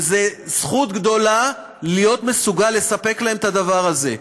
וזו זכות גדולה להיות מסוגל לספק להם את הדבר הזה,